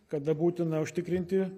kada būtina užtikrinti